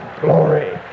glory